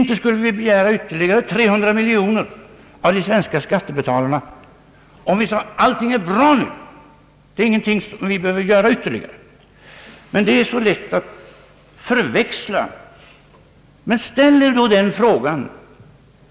Inte skulle vi begära ytterligare 300 miljoner kronor av de svenska skattebetalarna, om vi sade att allting är bra nu och att ingenting ytterligare beböver göras.